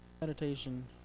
Meditation